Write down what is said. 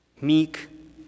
meek